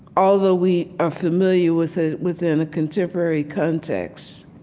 although we are familiar with it within a contemporary context,